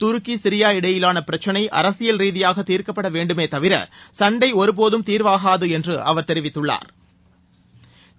துருக்கி Syria இடையிலான பிரச்சினை அரசியல் ரீதியாக தீர்க்கப்பட வேண்டுமே தவிர சண்டை ஒருபோதும் தீர்வாகாது என்று அவர் தெரிவித்துள்ளாா்